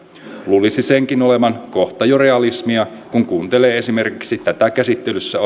luulisi senkin olevan kohta jo realismia kun kuuntelee esimerkiksi tätä käsittelyssä